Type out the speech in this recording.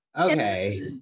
Okay